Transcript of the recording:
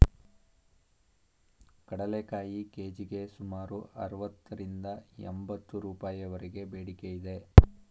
ಕಡಲೆಕಾಯಿ ಕೆ.ಜಿಗೆ ಸುಮಾರು ಅರವತ್ತರಿಂದ ಎಂಬತ್ತು ರೂಪಾಯಿವರೆಗೆ ಬೇಡಿಕೆ ಇದೆ